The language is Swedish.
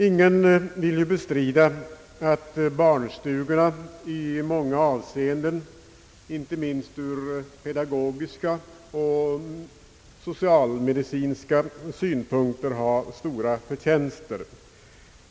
Ingen vill bestrida att barnstugorna i många avseenden, inte minst ur pedagogiska och socialmedicinska synpunkter, har stora förtjänster.